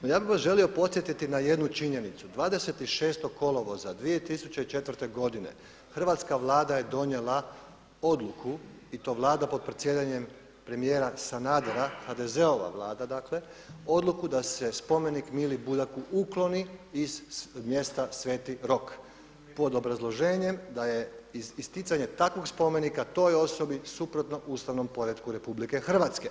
No ja bih vas želio podsjetiti na jednu činjenicu, 26. kolovoza 2004. godine hrvatska Vlada je donijela odluku i to vlada pod predsjedanjem premijera Sanadera HDZ-ova vlada odluku da se spomenik Mili Budaku ukloni iz mjesta Sveti Rok pod obrazloženjem da je isticanje takvog spomenika toj osobi suprotno ustavnom poretku RH.